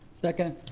second.